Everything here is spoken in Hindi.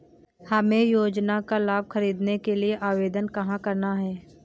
हमें योजना का लाभ ख़रीदने के लिए आवेदन कहाँ करना है?